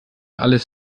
alles